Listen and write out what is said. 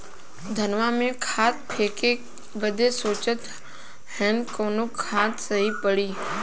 धनवा में खाद फेंके बदे सोचत हैन कवन खाद सही पड़े?